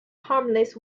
harmless